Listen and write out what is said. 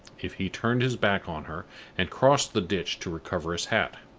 if he turned his back on her and crossed the ditch to recover his hat.